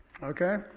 Okay